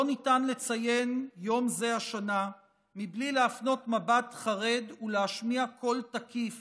לא ניתן לציין יום זה השנה בלי להפנות מבט חרד ולהשמיע קול תקיף